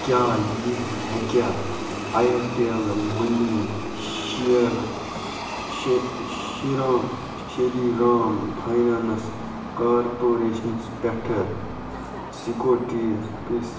کیٛاہ یہِ ہیٚکیٛاہ Airtel money Shri Ram finance کارپوریشنَس پٮ۪ٹھٕ سِکوٹیٖز کِس